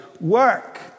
Work